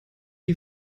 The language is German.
die